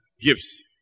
gifts